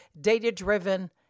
data-driven